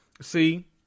See